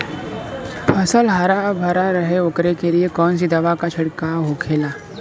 फसल हरा भरा रहे वोकरे लिए कौन सी दवा का छिड़काव होखेला?